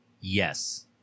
yes